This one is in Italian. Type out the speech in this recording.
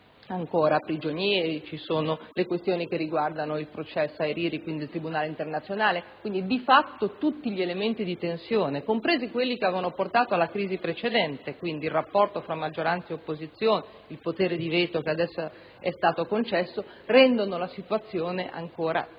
ancora prigionieri, nonché le questioni che riguardano il processo Hariri, quindi il tribunale internazionale. Di fatto tutti gli elementi di tensione, compresi quelli che avevano portato alla crisi precedente (quindi il rapporto tra maggioranza ed opposizione e il potere di veto che adesso è stato concesso), rendono la situazione ancora terribilmente